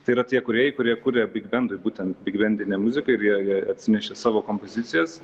tai yra tie kūrėjai kurie kuria bigbendui būtent bigbendinę muziką ir jie jie atsinešė savo kompozicijas